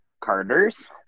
Carter's